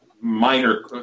minor